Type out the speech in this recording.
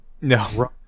No